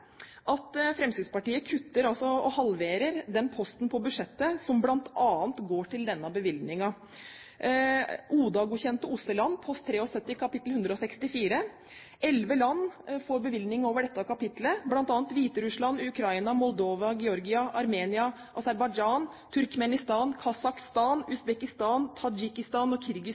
at Fremskrittspartiet halverer den posten på budsjettet som heter Andre ODA-godkjente OSSE-land, post 73, kapittel 164. Elleve land får bevilgning over dette kapitlet: Hviterussland, Ukraina, Moldova, Georgia, Armenia, Aserbajdsjan, Turkmenistan, Kasakhstan, Usbekistan, Tadsjikistan og